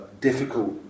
difficult